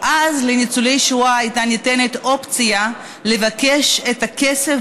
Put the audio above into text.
ואז לניצולי שואה ניתנה אופציה לבקש את הכסף